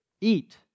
Eat